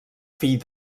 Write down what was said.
fill